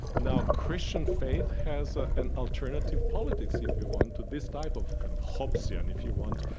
now, christian faith has ah an alternative politics, if you want, to this type of kind of hobbesian, if you want,